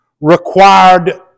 required